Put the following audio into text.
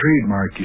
trademark